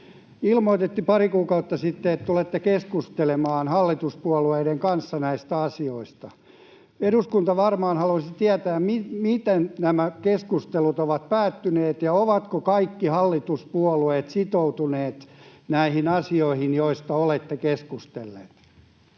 Ilmoititte pari kuukautta sitten, että tulette keskustelemaan hallituspuolueiden kanssa näistä asioista. Eduskunta varmaan haluaisi tietää, miten nämä keskustelut ovat päättyneet ja ovatko kaikki hallituspuolueet sitoutuneet näihin asioihin, joista olette keskustelleet.